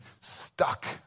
stuck